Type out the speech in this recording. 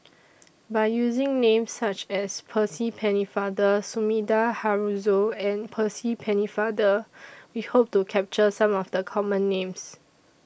By using Names such as Percy Pennefather Sumida Haruzo and Percy Pennefather We Hope to capture Some of The Common Names